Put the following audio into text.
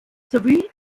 sowie